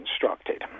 constructed